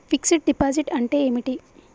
Fix డ్ deposit అంటే ఏమిటి?